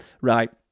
Right